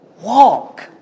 walk